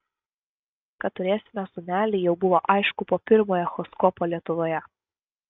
kad turėsime sūnelį jau buvo aišku po pirmojo echoskopo lietuvoje